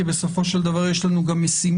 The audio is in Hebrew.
כי בסופו של דבר יש לנו גם משימות,